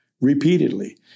Repeatedly